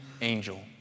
angel